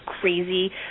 crazy